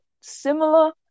similar